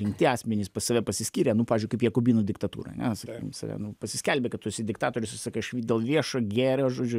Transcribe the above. rimti asmenys pats save pasiskyrę nu pavyzdžiui kaip jakobinų diktatūroj ane sakykim save nu pasiskelbė kad tu esi diktatorius jis sako dėl viešo gėrio žodžiu